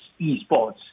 esports